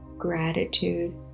gratitude